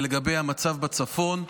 ולגבי המצב בצפון,